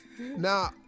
Now